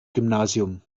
gymnasium